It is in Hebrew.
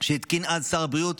שהתקין אז שר הבריאות,